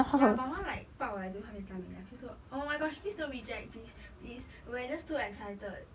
ya my [one] like 爆 like I don't how many time already I feel so oh my gosh please don't reject please please we're just too excited